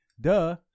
duh